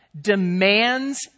demands